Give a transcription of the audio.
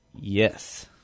Yes